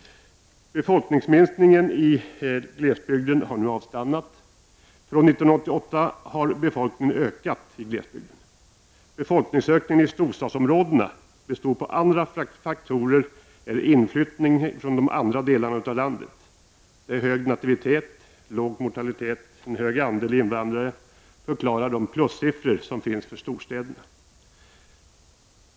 Befolkningsminskningen i glesbygden har nu avstannat. Från 1988 har befolkningen ökat i glesbygden. Befolkningsökningen i storstadsområdena beror på andra faktorer än inflyttning från andra delar av landet. Hög nativitet, låg mortalitet och hög andel invandrare förklarar de plussiffror som finns för storstäderna.